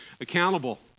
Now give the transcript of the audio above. accountable